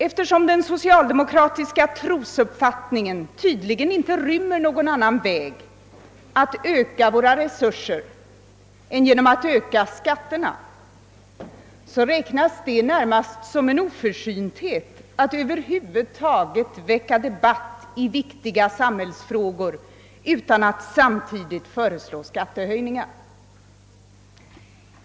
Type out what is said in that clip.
Eftersom den socialdemokratiska trosuppfattningen tydligen inte ser någon annan väg att förbättra våra resurser än ökning av skatterna, räknas det närmast som en oförsynthet att över huvud taget väcka debatt i viktiga samhällsfrågor utan att samtidigt föreslå skattehöjningar.